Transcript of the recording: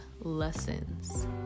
lessons